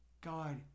God